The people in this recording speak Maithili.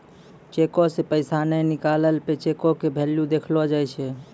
चेको से पैसा नै निकलला पे चेको के भेल्यू देखलो जाय छै